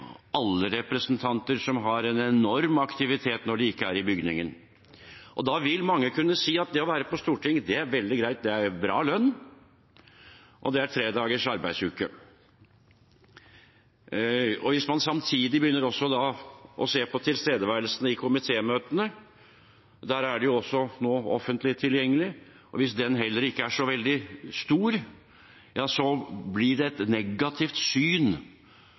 alle representanter som har en enorm aktivitet når de ikke er i bygningen. Da vil mange kunne si at det å være på Stortinget er veldig greit. Det er bra lønn, og det er tredagers arbeidsuke. Hvis man samtidig begynner å se på tilstedeværelsen i komitémøtene, som jo nå er offentlig tilgjengelig, og den heller ikke er så veldig stor, ja, så blir det et negativt syn